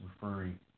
referring